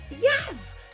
yes